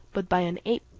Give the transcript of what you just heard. but by an ape.